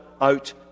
out